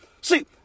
See